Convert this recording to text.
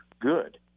Good